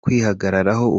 kwihagararaho